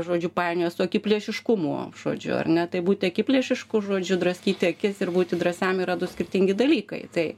žodžiu painioja su akiplėšiškumu žodžiu ar ne tai būti akiplėšišku žodžiu draskyti akis ir būti drąsiam yra du skirtingi dalykai tai